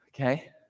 Okay